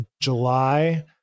July